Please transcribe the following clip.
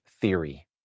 theory